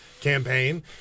campaign